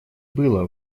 было